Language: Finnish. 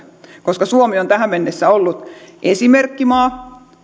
koska suomi on tähän mennessä ollut esimerkkimaa